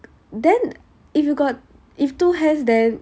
then if you got if two has then